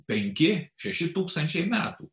penki šeši tūkstančiai metų